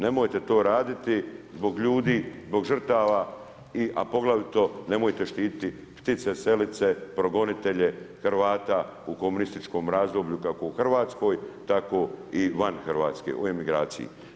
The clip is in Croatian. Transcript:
Nemojte to raditi zbog ljudi, zbog žrtava, a poglavito nemojte štititi ptice selice, progonitelje Hvata u komunističkom razdoblju, kako u Hrvatskoj, tako i van Hrvatske u emigraciji.